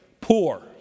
poor